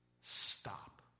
stop